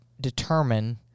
determine